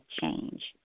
change